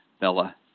Bella